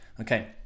okay